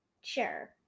sure